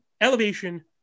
elevation